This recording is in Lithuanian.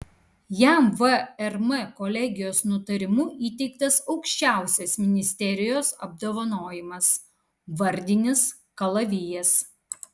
jam vrm kolegijos nutarimu įteiktas aukščiausias ministerijos apdovanojimas vardinis kalavijas